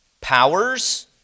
powers